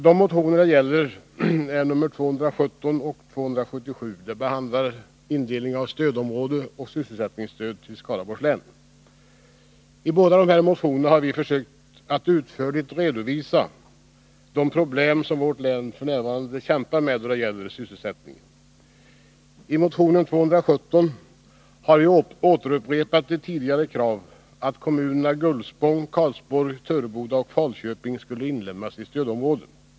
De motioner det gäller är 1980 81:277 om sysselsättningen i Skaraborgs län. I båda dessa motioner har vi försökt att utförligt redovisa de problem som vårt län f.n. kämpar med då det gäller sysselsättningen. I motion 217 har vi återupprepat ett tidigare krav att kommunerna Gullspång, Karlsborg, Töreboda och Falköping skulle inplaceras i stödområde.